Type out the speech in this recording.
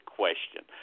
question